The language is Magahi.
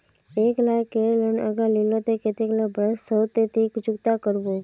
एक लाख केर लोन अगर लिलो ते कतेक कै बरश सोत ती चुकता करबो?